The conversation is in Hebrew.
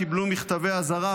קיבלו מכתבי אזהרה,